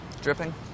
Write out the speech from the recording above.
dripping